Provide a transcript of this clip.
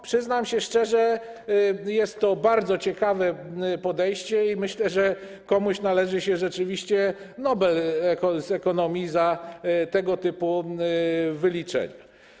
Przyznam się szczerze, że jest to bardzo ciekawe podejście, i myślę, że komuś należy się rzeczywiście Nobel z ekonomii za tego typu wyliczenia.